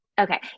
Okay